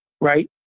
right